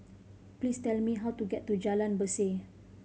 please tell me how to get to Jalan Berseh